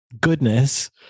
goodness